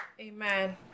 Amen